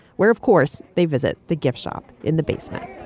where of course they visit the gift shop in the basement